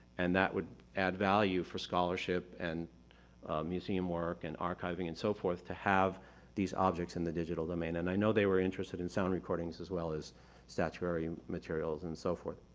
and that would add value for scholarship and museum work and archiving and so forth, to have these objects in the digital domain. and i know they were interested in sound recordings as well as statuary materials and so forth.